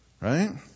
right